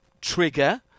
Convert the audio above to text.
trigger